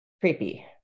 Creepy